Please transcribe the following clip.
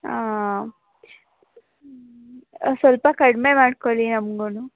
ಹಾಂ ಸ್ವಲ್ಪ ಕಡಿಮೆ ಮಾಡ್ಕೊಳ್ಳಿ ನಮ್ಗೂ